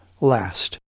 last